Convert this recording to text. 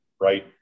right